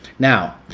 now,